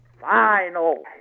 Final